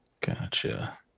gotcha